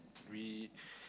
we